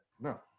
No